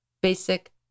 basic